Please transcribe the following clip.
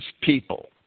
people